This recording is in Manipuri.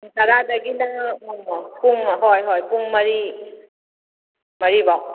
ꯄꯨꯡ ꯇꯔꯥꯗꯒꯤꯅ ꯎꯝ ꯄꯨꯡ ꯍꯣꯏ ꯍꯣꯏ ꯄꯨꯡ ꯃꯔꯤ ꯃꯔꯤ ꯐꯥꯎ